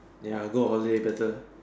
ya go out late better